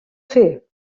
fer